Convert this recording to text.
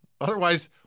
Otherwise